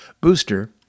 booster